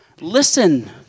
Listen